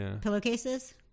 pillowcases